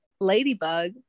Ladybug